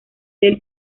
del